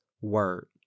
word